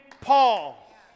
Paul